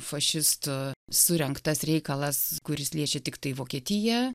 fašistų surengtas reikalas kuris liečia tiktai vokietiją